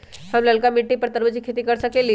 हम लालका मिट्टी पर तरबूज के खेती कर सकीले?